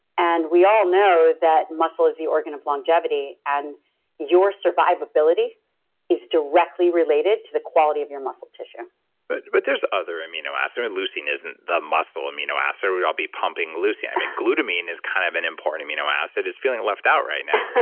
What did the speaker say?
and we all know that muscle is the organ of longevity and your survivability is directly related to the quality of your muscle tissue but but there's other amino acid. i mean, leucine isn't the muscle amino acid. we'll all be pumping leucine glutamine is kind of an important amino acid. it's feeling left out right now.